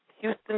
Houston